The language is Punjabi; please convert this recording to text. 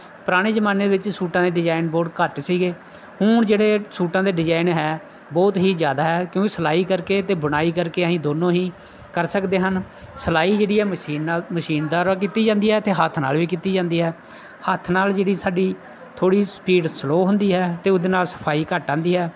ਪੁਰਾਣੇ ਜ਼ਮਾਨੇ ਵਿੱਚ ਸੂਟਾਂ ਦੇ ਡਿਜ਼ਾਇਨ ਬਹੁਤ ਘੱਟ ਸੀਗੇ ਹੁਣ ਜਿਹੜੇ ਸੂਟਾਂ ਦੇ ਡਿਜ਼ਾਇਨ ਹੈ ਬਹੁਤ ਹੀ ਜ਼ਿਆਦਾ ਹੈ ਕਿਉਂਕਿ ਸਿਲਾਈ ਕਰਕੇ ਅਤੇ ਬੁਣਾਈ ਕਰਕੇ ਅਸੀਂ ਦੋਨੋਂ ਹੀ ਕਰ ਸਕਦੇ ਹਨ ਸਿਲਾਈ ਜਿਹੜੀ ਹੈ ਮਸ਼ੀਨ ਨਾਲ ਮਸ਼ੀਨ ਦੁਆਰਾ ਕੀਤੀ ਜਾਂਦੀ ਹੈ ਅਤੇ ਹੱਥ ਨਾਲ ਵੀ ਕੀਤੀ ਜਾਂਦੀ ਆ ਹੱਥ ਨਾਲ ਜਿਹੜੀ ਸਾਡੀ ਥੋੜ੍ਹੀ ਸਪੀਡ ਸਲੋ ਹੁੰਦੀ ਹੈ ਅਤੇ ਉਹਦੇ ਨਾਲ ਸਫਾਈ ਘੱਟ ਆਉਂਦੀ ਆ